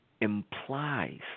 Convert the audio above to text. implies